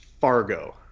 Fargo